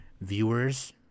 viewers